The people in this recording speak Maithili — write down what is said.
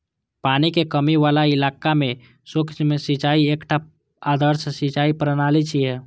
पानिक कमी बला इलाका मे सूक्ष्म सिंचाई एकटा आदर्श सिंचाइ प्रणाली छियै